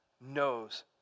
knows